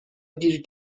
گیر